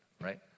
right